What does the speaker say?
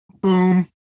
boom